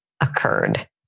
occurred